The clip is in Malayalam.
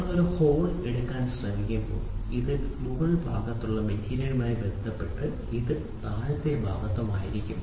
നിങ്ങൾ ഒരു ഹോൾ എടുക്കാൻ ശ്രമിക്കുമ്പോൾ ഇത് മുകൾ ഭാഗത്തും മെറ്റീരിയലുമായി ബന്ധപ്പെട്ട് ഇത് താഴത്തെ ഭാഗത്തും ആയിരിക്കും